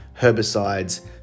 herbicides